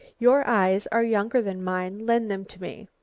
your eyes are younger than mine, lend them to me.